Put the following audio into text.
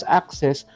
access